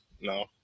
No